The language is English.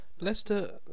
Leicester